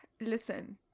listen